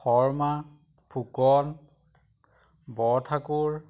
Sharma Phukan Borthakur